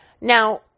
Now